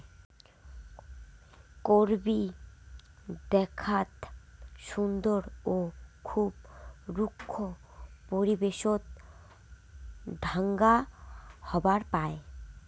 করবী দ্যাখ্যাত সুন্দর ও খুব রুক্ষ পরিবেশত ঢাঙ্গা হবার পায়